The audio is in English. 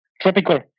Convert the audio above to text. tropical